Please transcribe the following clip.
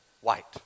white